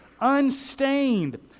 unstained